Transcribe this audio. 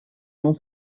non